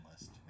list